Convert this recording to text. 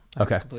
okay